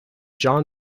john